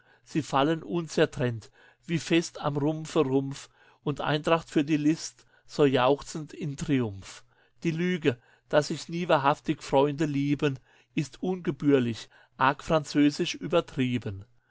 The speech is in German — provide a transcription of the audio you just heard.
sie fallen unzertrennt wie fest am rumpfe rumpf und eintracht für die list so jauchzend in triumph die lüge dass sich nie wahrhaftig freunde lieben ist ungebührlich arg französisch übertrieben